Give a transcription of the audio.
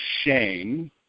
shame